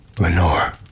Lenore